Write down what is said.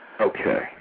Okay